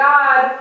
God